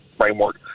framework